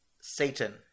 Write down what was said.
Satan